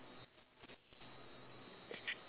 eh ya eh then what else is the differene ah